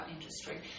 industry